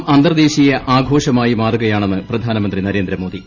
ഓണം അന്തർദേശീയ ആഘോഷ്മായി മാറുകയാണെന്ന് പ്രധാനമന്ത്രി നരേന്ദ്രമോദി